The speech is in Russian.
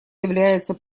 является